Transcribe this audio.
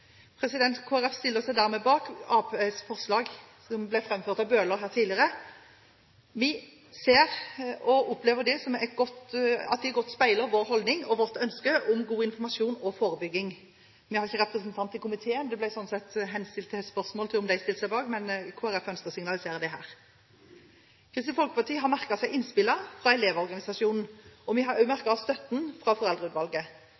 stiller seg dermed bak det forslaget som representanten Bøhler har satt fram. Vi ser og opplever at det godt speiler vår holdning og vårt ønske om god informasjon og forebygging. Vi har ikke noen representant i komiteen, og det ble stilt spørsmål ved om vi stiller oss bak, og Kristelig Folkeparti ønsker å signalisere det her. Kristelig Folkeparti har merket seg innspillene fra Elevorganisasjonen, og vi har